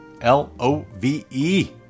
L-O-V-E